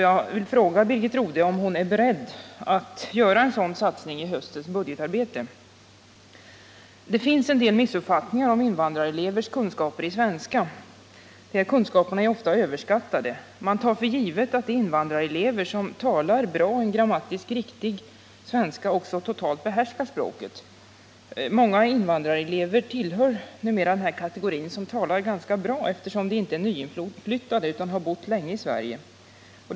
Jag vill fråga Birgit Rodhe om hon är beredd att göra en sådan satsning i höstens budgetarbete. Det finns en del missuppfattningar om invandrarelevers kunskaper i svenska. Kunskaperna är ofta överskattade. Man tar för givet att de invandrarelever som talar bra och har en grammatiskt riktig svenska också totalt behärskar språket. Många invandrarelever tillhör numera den kategori som talar ganska bra, eftersom de inte är nyinflyttade utan har bott länge i Sverige.